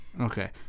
Okay